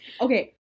okay